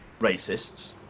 racists